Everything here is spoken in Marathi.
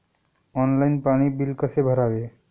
ऑनलाइन पाणी बिल कसे भरावे?